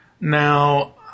Now